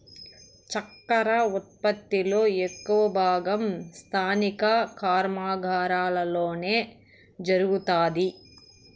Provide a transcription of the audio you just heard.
చక్కర ఉత్పత్తి లో ఎక్కువ భాగం స్థానిక కర్మాగారాలలోనే జరుగుతాది